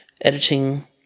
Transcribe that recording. editing